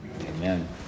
Amen